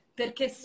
perché